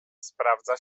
sprawdza